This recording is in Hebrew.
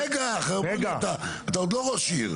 רגע, אתה עוד לא ראש עיר.